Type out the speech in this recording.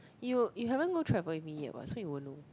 you you haven't go travel with me yet what so you won't know